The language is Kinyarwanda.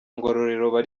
ngororero